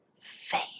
faith